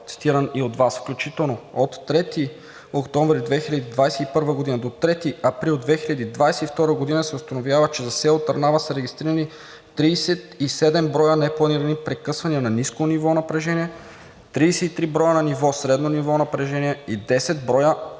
цитиран и от Вас, включително от 3 октомври 2022 г. до 3 април 2022 г. се установява, че за село Търнава са регистрирани 37 броя непланирани прекъсвания на ниско ниво напрежение, 33 броя на ниво средно ниво напрежение и 10 броя